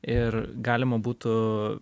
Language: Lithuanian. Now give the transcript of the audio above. ir galima būtų